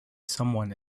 someone